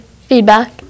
feedback